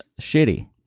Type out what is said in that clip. shitty